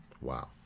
Wow